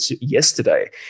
yesterday